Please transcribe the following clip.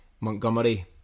Montgomery